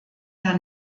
der